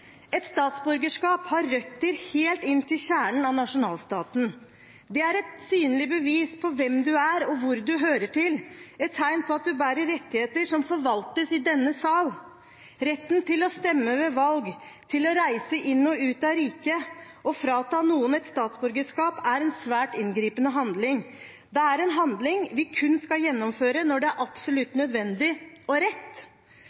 Et statsborgerskap har røtter helt inn til kjernen av nasjonalstaten. Det er et synlig bevis på hvem du er, og hvor du hører til, et tegn på at du bærer rettigheter som forvaltes i denne sal, retten til å stemme ved valg, til å reise inn og ut av riket. Å frata noen et statsborgerskap er en svært inngripende handling. Det er en handling vi kun skal gjennomføre når det er